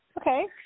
Okay